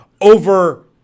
over